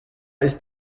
ist